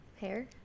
hair